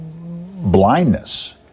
blindness